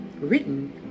written